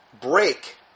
break